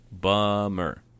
Bummer